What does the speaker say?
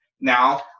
Now